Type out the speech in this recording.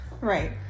Right